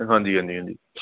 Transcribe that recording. ਹਾਂਜੀ ਹਾਂਜੀ ਹਾਂਜੀ